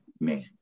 man